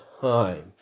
time